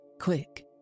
quick